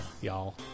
y'all